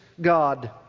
God